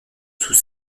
sous